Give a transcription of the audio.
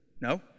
no